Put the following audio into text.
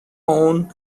own